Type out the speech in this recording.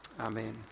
Amen